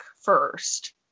first